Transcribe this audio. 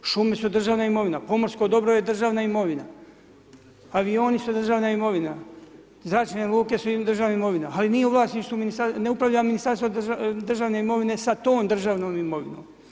Šume su državna imovina, pomorsko dobro je državna imovina avioni su državna imovina, zračne luke su državna imovina, ali nije u vlasništvu, ne upravlja Ministarstvo državne imovine sa tom državnom imovinom.